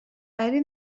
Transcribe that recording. ari